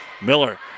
Miller